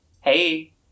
hey